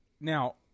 now